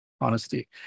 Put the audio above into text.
Honesty